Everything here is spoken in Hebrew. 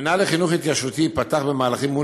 המינהל לחינוך התיישבותי פתח במהלכים מול